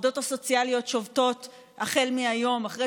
העובדות הסוציאליות שובתות החל מהיום אחרי